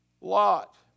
Lot